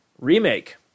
Remake